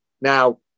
Now